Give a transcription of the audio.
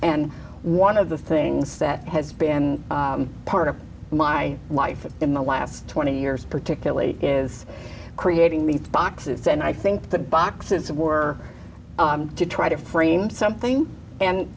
and one of the things that has been part of my life in the last twenty years particularly is creating me boxes and i think the boxes were to try to frame something and